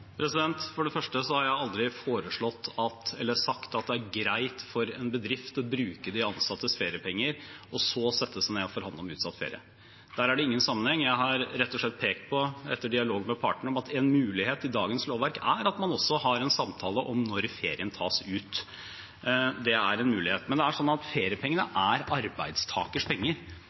For det første har jeg aldri sagt at det er greit for en bedrift å bruke de ansattes feriepenger og så sette seg ned og forhandle om utsatt ferie. Der er det ingen sammenheng. Jeg har rett og slett pekt på – etter dialog med partene – at en mulighet i dagens lovverk er at man også har en samtale om når ferien tas ut. Det er en mulighet. Men det er sånn at feriepengene er arbeidstakers penger.